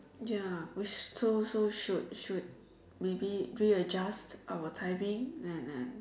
ya we so so should should maybe re-adjust our timing and and